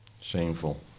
Shameful